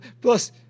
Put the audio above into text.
Plus